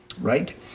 Right